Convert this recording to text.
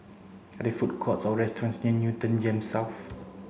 are there food courts or restaurants near Newton GEMS South